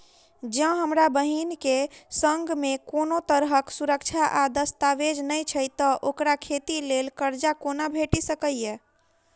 जँ हमरा बहीन केँ सङ्ग मेँ कोनो तरहक सुरक्षा आ दस्तावेज नै छै तऽ ओकरा खेती लेल करजा कोना भेटि सकैये?